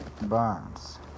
burns